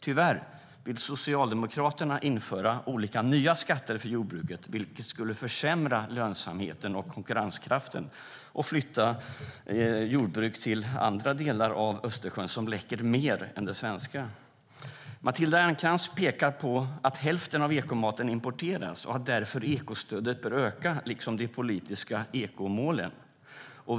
Tyvärr vill Socialdemokraterna införa olika nya skatter för jordbruket, vilket skulle försämra lönsamheten och konkurrenskraften och flytta jordbruk till andra delar av Östersjön som läcker mer än det svenska. Matilda Ernkrans pekar på att hälften av ekomaten importeras och att ekostödet därför bör öka liksom de politiska ekomålen.